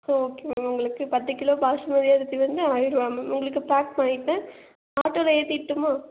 சரி okay ma'am உங்களுக்கு பத்து கிலோ பாஸ்மதி அரிசி வேணுனால் வாய்ங்கிலாம் மேம் உங்களுக்கு பேக் பண்ணிவிட்டேன் ஆட்டோவில் ஏற்றிட்டுமா